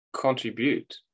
contribute